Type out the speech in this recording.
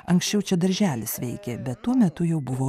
anksčiau čia darželis veikė bet tuo metu jau buvo